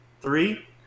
Three